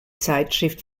zeitschrift